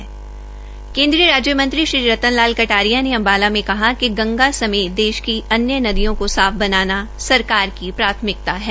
केन्द्रीय राज्य मंत्री श्री रतन लाल कटारिया ने अंबाला में कहा कि गंगा समेत देश की अन्य नदियों को साफ बनाना सरकार की प्राथमिकता है